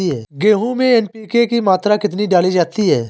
गेहूँ में एन.पी.के की मात्रा कितनी डाली जाती है?